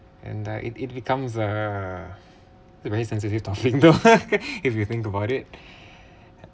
and uh it it becomes a a sensitive topic though if you think about it